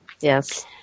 Yes